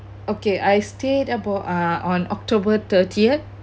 okay I stayed about uh on october thirtieth